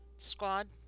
Squad